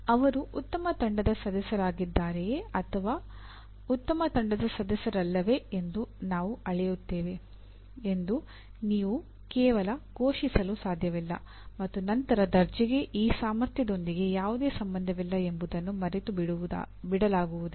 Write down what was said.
ಅವರು ಉತ್ತಮ ತಂಡದ ಸದಸ್ಯರಾಗಿದ್ದಾರೆಯೇ ಅಥವಾ ಉತ್ತಮ ತಂಡದ ಸದಸ್ಯರಲ್ಲವೇ ಎಂದು ನಾವು ಅಳೆಯುತ್ತೇವೆ ಎಂದು ನೀವು ಕೇವಲ ಘೋಷಿಸಲು ಸಾಧ್ಯವಿಲ್ಲ ಮತ್ತು ನಂತರ ದರ್ಜೆಗೆ ಈ ಸಾಮರ್ಥ್ಯದೊಂದಿಗೆ ಯಾವುದೇ ಸಂಬಂಧವಿಲ್ಲ ಎಂಬುದನ್ನು ಮರೆತು ಬಿಡಲಾಗುವುದಿಲ್ಲ